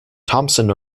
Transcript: thompson